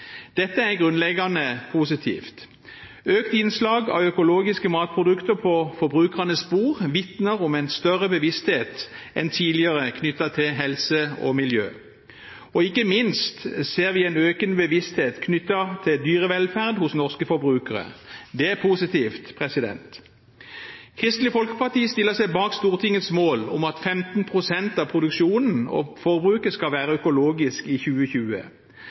Dette er grunnleggende positivt. Økt innslag av økologiske matprodukter på forbrukernes bord vitner om en større bevissthet enn tidligere knyttet til helse og miljø. Ikke minst ser vi en økende bevissthet knyttet til dyrevelferd hos norske forbrukere. Det er positivt. Kristelig Folkeparti stiller seg bak Stortingets mål om at 15 pst. av produksjonen og forbruket skal være økologisk i 2020.